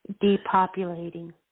depopulating